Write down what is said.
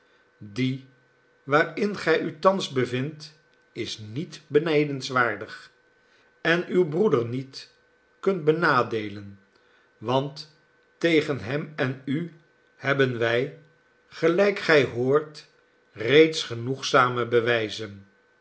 die waarin gij u thans bevindt is niet benijdenswaardig en uw broeder niet kunt benadeelen want tegen hem en u hebben wij gelijk gij hoort reeds genoegzame bewijzen